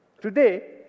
Today